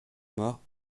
mort